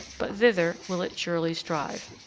but thither will it surely strive.